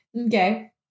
Okay